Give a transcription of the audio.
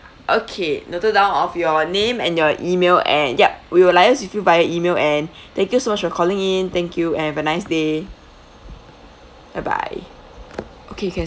okay noted down of your name and your email and yup we will liase with you via email and thank you so much for calling in thank you have a nice day bye bye okay can